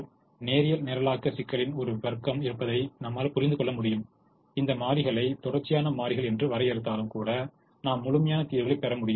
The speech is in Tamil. ஆனால் நேரியல் நிரலாக்க சிக்கல்களின் ஒரு வர்க்கம் இருப்பதையும் நம்மால் புரிந்துகொள்ள முடியும் இந்த மாறிகளை தொடர்ச்சியான மாறிகள் என்று வரையறுத்தாலும் கூட நாம் முழுமையான தீர்வுகளைப் பெற முடியும்